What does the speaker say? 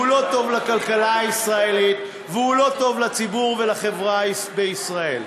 הוא לא טוב לכלכלה הישראלית והוא לא טוב לציבור ולחברה בישראל.